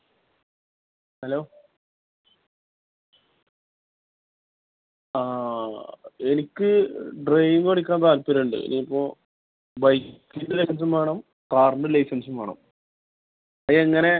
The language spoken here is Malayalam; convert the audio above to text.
ഹലോ എനിക്ക് ഡ്രൈവിങ്ങ് പഠിക്കാൻ താൽപ്പര്യമുണ്ട് ഇനി ഇപ്പോൾ ബൈക്കിന്റെ ലൈസൻസ്സും വേണം കാറിന്റെ ലൈസൻസ്സും വേണം അതെങ്ങനെ